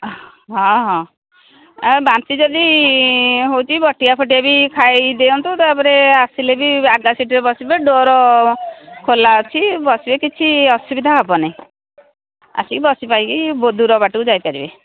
ହଁ ହଁ ବାନ୍ତି ଯଦି ହେଉଛି ବଟିକା ଫଟିକା ବି ଖାଇ ଦିଅନ୍ତୁ ତାପରେ ଆସିଲେ ବି ଆଗ ସିଟରେ ବସିବେ ଡୋର ଖୋଲା ଅଛି ବସିବେ କିଛି ଅସୁବିଧା ହବନି ଆସିକି ବସି ପାରିକି ବହୁତ ଦୂର ବାଟକୁ ଯାଇପାରିବେ